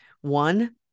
One